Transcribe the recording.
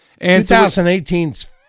2018's